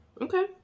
Okay